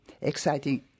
exciting